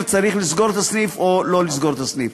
צריך לסגור את הסניף או לא לסגור את הסניף.